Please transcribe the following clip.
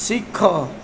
ଶିଖ